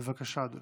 בבקשה, אדוני.